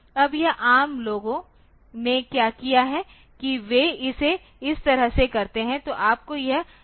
अब यह ARM लोगों ने क्या किया है कि वे इसे इस तरह से करते हैं तो आपको यह कॉमपेअर इंस्ट्रक्शन मिला है